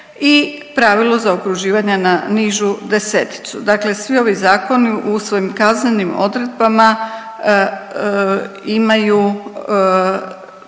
i pravilo zaokruživanja na nižu deseticu. Dakle, svi ovi zakoni u svojim kaznenim odredbama imaju